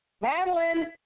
Madeline